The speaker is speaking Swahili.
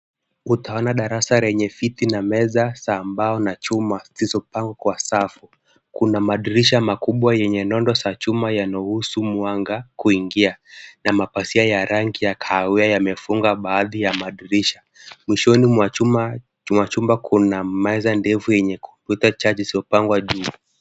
Utaona darasa lenye viti na meza za mbao na chuma zilizopangwa kwa safu. Kuna madirisha makubwa yenye nondo za chuma yanaruhusu mwanga kuingia na mapazia ya rangi ya kahawia yamefunga baadhi ya madirisha, Mwishoni mwa chumba, kuna meza ndefu yenye kuta chache zilizopangwa juu.